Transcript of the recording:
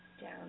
down